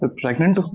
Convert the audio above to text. ah pregnant?